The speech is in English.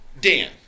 Dan